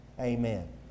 Amen